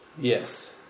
Yes